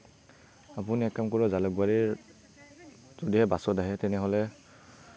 আপুনি এক কাম কৰিব জালুকবাৰীৰ যদিহে বাছত আহে তেনেহলে